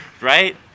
right